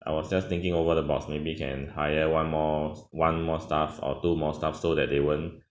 I was just thinking over the boss maybe can hire one more one more staff or two more staff so that they won't